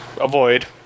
avoid